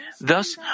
Thus